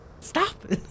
Stop